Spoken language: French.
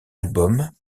albums